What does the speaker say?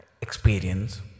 experience